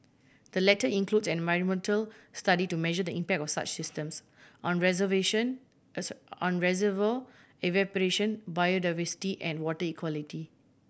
the latter includes an environmental study to measure the impact of such systems on reservation on reservoir evaporation biodiversity and water equality